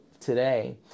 today